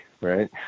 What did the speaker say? right